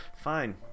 fine